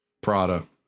Prada